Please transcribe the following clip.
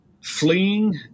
fleeing